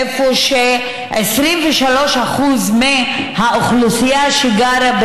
איפה ש-23% מהאוכלוסייה שגרה שם,